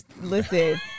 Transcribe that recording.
Listen